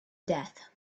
death